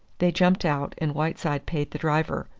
they jumped out, and whiteside paid the driver.